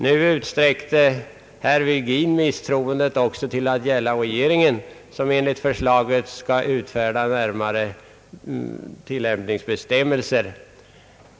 Nu utsträckte herr Virgin misstroendet också till att gälla regeringen, som enligt för slaget skall utfärda närmare tillämpningsbestämmelser.